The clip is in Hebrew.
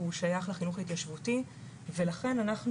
הוא שייך לחינוך ההתיישבותי ולכן אנחנו